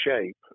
shape